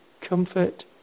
comfort